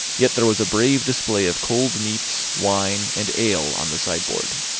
yet there was a brave display of cold meats, wine, and ale, on the sideboard.